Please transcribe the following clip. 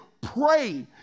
pray